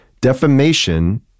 Defamation